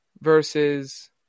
versus